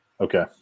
Okay